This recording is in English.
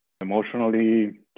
emotionally